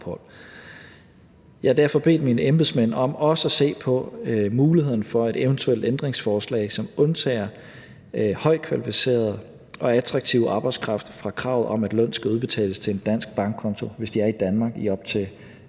har derfor bedt mine embedsmænd om også at se på muligheden for et eventuelt ændringsforslag, som undtager højtkvalificeret og attraktiv arbejdskraft fra kravet om, at lønnen skal udbetales til en dansk bankkonto, hvis de er i Danmark i op til